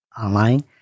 online